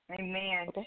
Amen